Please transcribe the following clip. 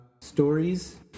Stories